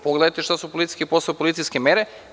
Pogledajte šta su policijski posao i policijske mere.